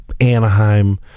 Anaheim